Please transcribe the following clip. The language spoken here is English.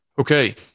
Okay